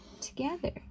together